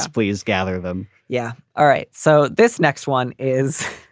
please gather them yeah. all right. so this next one is